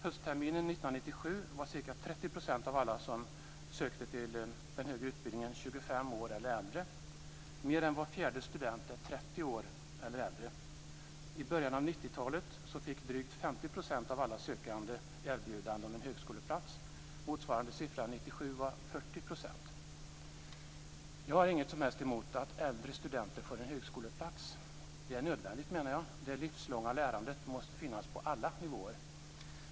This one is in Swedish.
Höstterminen 1997 Jag har inget som helst emot att äldre studenter får en högskoleplats. Det är nödvändigt, menar jag. Det livslånga lärandet måste finnas på alla nivåer.